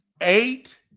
eight